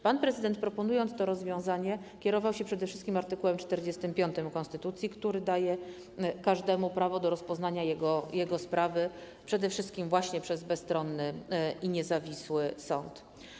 Pan prezydent, proponując to rozwiązanie, kierował się przede wszystkim art. 45 konstytucji, który daje każdemu prawo do rozpoznania jego sprawy przez przede wszystkim właśnie bezstronny i niezawisły sąd.